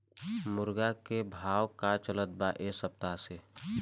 मुर्गा के भाव का चलत बा एक सप्ताह से?